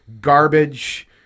garbage